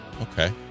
Okay